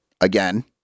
Again